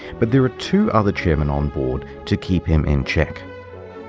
but there are two other chairmen on board to keep him in check,